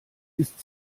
ist